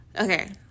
okay